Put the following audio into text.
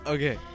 Okay